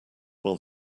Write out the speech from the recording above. while